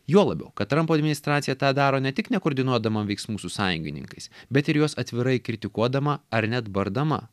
juo labiau kad trampo administracija tą daro ne tik nekoordinuodama veiksmų su sąjungininkais bet ir juos atvirai kritikuodama ar net bardama